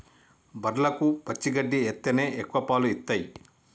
బర్లకు పచ్చి గడ్డి ఎత్తేనే ఎక్కువ పాలు ఇత్తయ్